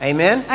Amen